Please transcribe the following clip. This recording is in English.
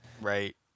Right